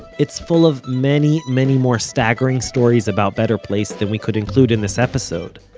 it's full of many many more staggering stories about better place than we could include in this episode,